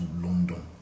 London